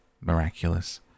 miraculous